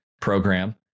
program